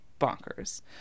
bonkers